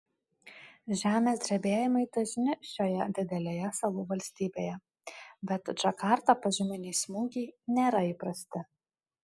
žemės drebėjimai dažni šioje didelėje salų valstybėje bet džakartą požeminiai smūgiai nėra įprasti